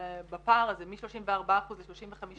בפער הזה, מ-34% ל-35%.